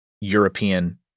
European